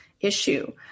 issue